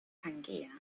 pangaea